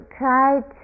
tried